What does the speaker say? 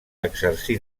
exercí